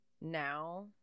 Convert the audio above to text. now